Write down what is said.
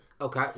Okay